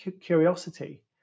curiosity